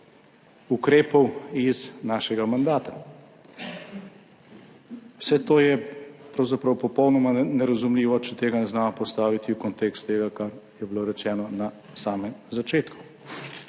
ukrepov iz našega mandata. Vse to je pravzaprav popolnoma nerazumljivo, če tega ne znamo postaviti v kontekst tega, kar je bilo rečeno na samem začetku.